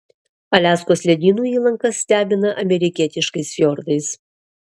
aliaskos ledynų įlanka stebina amerikietiškais fjordais